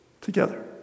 together